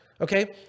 Okay